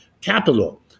capital